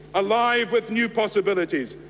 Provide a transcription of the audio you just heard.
alive with new possibilities,